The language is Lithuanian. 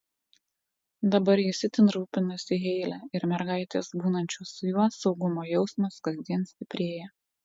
dabar jis itin rūpinasi heile ir mergaitės būnančios su juo saugumo jausmas kasdien stiprėja